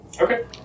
Okay